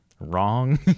wrong